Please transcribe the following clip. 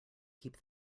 keep